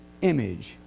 image